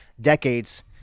decades